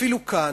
אפילו כאן,